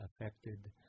affected